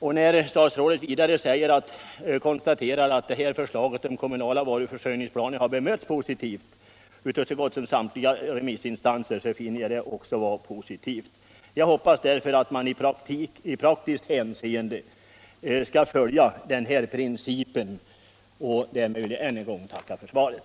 Jag finner det också glädjande att statsrådet konstaterar att förslaget om kommunala varuförsörjningsplaner har bemötts positivt av så gott som samtliga remissinstanser. Jag hoppas därför att man i praktiskt hänseende skall kunna följa principen, och därmed vill jag ännu en gång tacka för svaret.